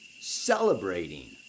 celebrating